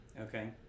Okay